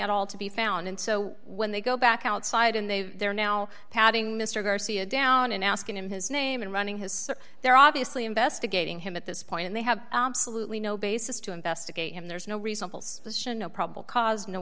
at all to be found and so when they go back outside and they they're now patting mr garcia down and asking him his name and running his search they're obviously investigating him at this point and they have absolutely no basis to investigate him there's no reasonable suspicion no probable cause no